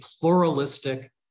pluralistic